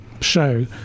show